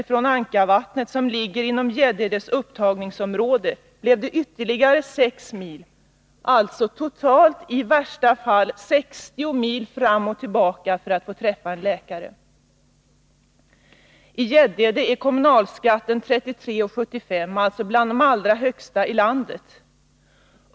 kom från Ankarvattnet, som ligger inom Gäddedes upptagningsområde, blev det ytterligare sex mil att resa, alltså totalt i värsta fall 60 mil fram och tillbaka för att få träffa en läkare. I Gäddede är kommunalskatten 33:75, en av de allra högsta skattesatserna ilandet.